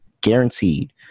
guaranteed